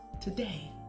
today